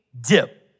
dip